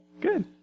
Good